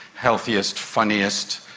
healthiest, funniest,